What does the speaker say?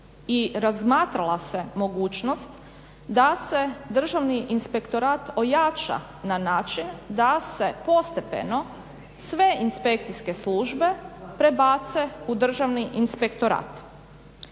i razmatrala se mogućnost da se Državni inspektorat ojača na način da se postepeno sve inspekcijske službe prebace u državni inspektorat.